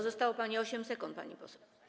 Zostało pani 8 sekund, pani poseł.